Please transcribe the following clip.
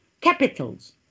capitals